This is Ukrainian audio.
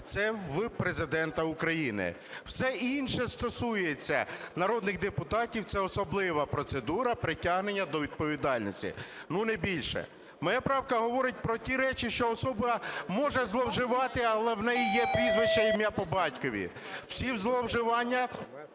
це в Президента України. Все інше стосується народних депутатів, це особлива процедура притягнення до відповідальності, ну, не більше. Моя правка говорить про ті речі, що особа може зловживати, але в неї є прізвище, ім'я, по батькові. Всі зловживання